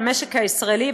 למשק הישראלי,